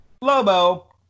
Lobo